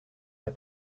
der